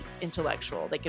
intellectual